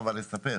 אלא לספר,